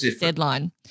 deadline